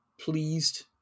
pleased